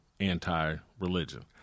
anti-religion